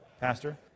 Pastor